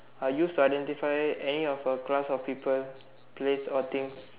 are used to identify any of a class of people place or things